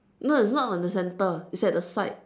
no it's not at the center it's at the side